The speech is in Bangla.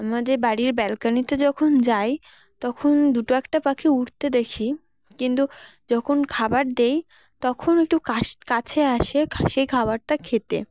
আমাদের বাড়ির ব্যালকনিতে যখন যাই তখন দুটো একটা পাখি উঠতে দেখি কিন্তু যখন খাবার দিই তখন একটু কাশ কাছে আসে সেই খাবারটা খেতে